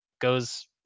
goes